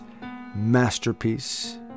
masterpiece